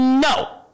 No